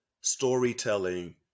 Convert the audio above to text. storytelling